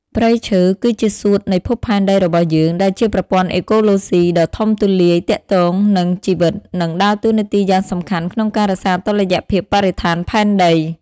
ព្រៃឈើ គឺជាសួតនៃភពផែនដីរបស់យើង ដែលជាប្រព័ន្ធអេកូឡូស៊ីដ៏ធំទូលាយទាក់ទងនឹងជីវិត និងដើរតួនាទីយ៉ាងសំខាន់ក្នុងការរក្សាតុល្យភាពបរិស្ថានផែនដី។